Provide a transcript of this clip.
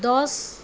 दस